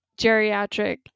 geriatric